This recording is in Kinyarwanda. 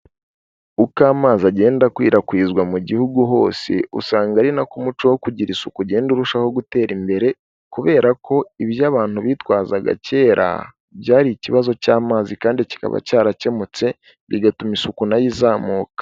Uko amazi agenda akwirakwizwa mu Gihugu hose, usanga ari na ko umuco wo kugira isuku ugenda urushaho gutera imbere, kubera ko ibyo abantu bitwazaga kera byari ikibazo cy'amazi kandi kikaba cyarakemutse, bigatuma isuku na yo izamuka.